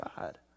God